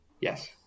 Yes